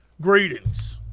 greetings